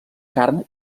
carn